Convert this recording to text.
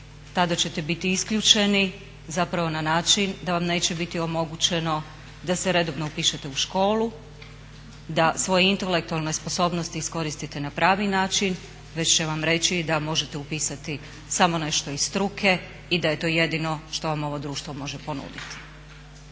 tada ćete biti isključeni zapravo na način da vam neće biti omogućeno da se redovno upišete u školu, da svoje intelektualne sposobnosti iskoristite na pravi način već će vam reći da možete upisati samo nešto iz struke i da je to jedino što vam ovo društvo može ponuditi.